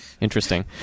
Interesting